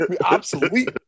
obsolete